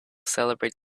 celebrate